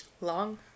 long